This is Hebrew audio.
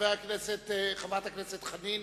חברת הכנסת חנין,